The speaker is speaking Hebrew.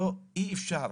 אי אפשר